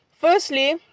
Firstly